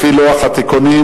לפי לוח התיקונים,